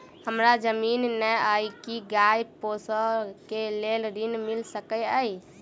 हमरा जमीन नै अई की गाय पोसअ केँ लेल ऋण मिल सकैत अई?